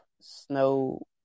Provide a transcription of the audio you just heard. Snow